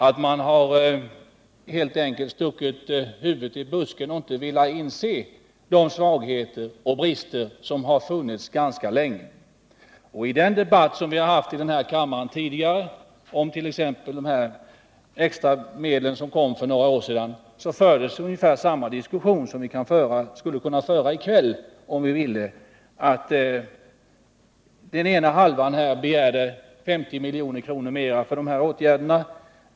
De har helt enkelt stuckit huvudet i busken och inte velat inse de svagheter och brister som funnits ganska länge. I den debatt som vi haft tidigare här i kammaren, t.ex. om de extra medel till särskilda åtgärder å skolområdet som fanns för några år sedan, fördes ungefär samma diskussion som vi skulle kunna föra i kväll om vi ville. Den ena halvan begärde 50 milj.kr. mera för de här åtgärderna.